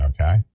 Okay